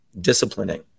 disciplining